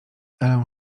elę